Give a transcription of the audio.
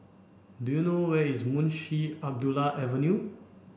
do you know where is Munshi Abdullah Avenue